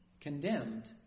condemned